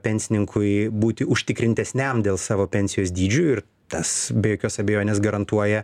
pensininkui būti užtikrintesniam dėl savo pensijos dydžiu ir tas be jokios abejonės garantuoja